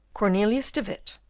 cornelius de witt.